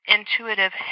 intuitive